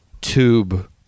tube